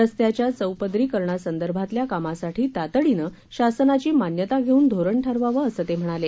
रस्त्याच्या चौपदरीकरणासंदर्भातल्या कामासाठी तातडीनं शासनाची मान्यता घेऊन धोरण ठरवावं असं ते म्हणाले